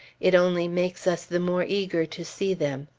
it only makes us the more eager to see them.